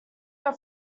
your